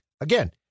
again